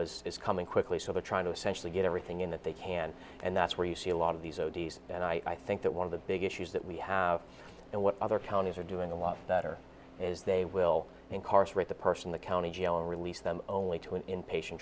as is coming quickly so they're trying to essentially get everything in that they can and that's where you see a lot of these o d s and i think that one of the big issues that we have and what other counties are doing a lot better is they will incarcerate the person the county jail and release them only to an inpatient